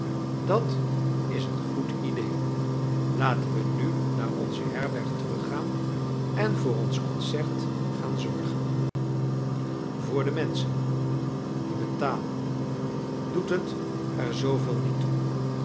dat is een goed idee laten wij nu naar onze herberg teruggaan en voor ons concert gaan zorgen voor de menschen die betalen doet het er zooveel niet toe